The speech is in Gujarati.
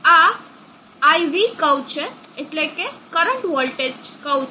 આ IV કર્વ છે અને આ PV કર્વ છે